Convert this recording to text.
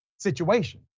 Situation